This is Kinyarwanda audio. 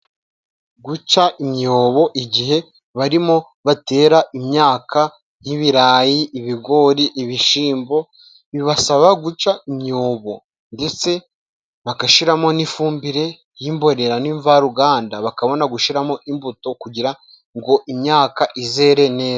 Guca imyobo igihe barimo batera imyaka y'ibirayi, ibigori, ibishimbo, bibasaba guca imyobo, ndetse bagashiramo n'ifumbire y'imborera n' imvaruganda, bakabona gushiramo imbuto kugira ngo imyaka izere neza.